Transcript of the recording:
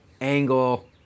angle